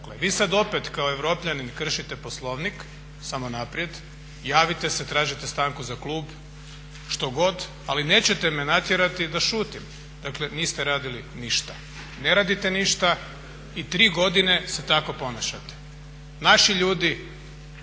Vi sad opet kao europljanin kršite Poslovnik, samo naprijed, javite se, tražite stanku za klub, štogod, ali nećete me natjerati da šutim. Dakle niste radili ništa, ne radite ništa i tri godine se tako ponašate. Naši ljudi